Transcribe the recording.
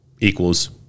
equals